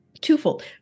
twofold